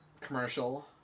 commercial